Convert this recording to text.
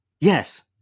Yes